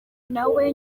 nawe